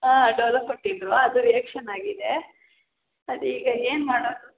ಹಾಂ ಡೋಲೋ ಕೊಟ್ಟಿದ್ರೂ ಅದು ರಿಯಾಕ್ಷನ್ ಆಗಿದೆ ಅದು ಈಗ ಏನು ಮಾಡೋದು